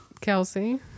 Kelsey